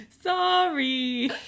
Sorry